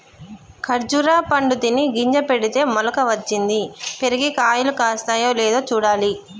ఖర్జురా పండు తిని గింజ పెడితే మొలక వచ్చింది, పెరిగి కాయలు కాస్తాయో లేదో చూడాలి